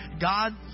God